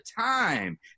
time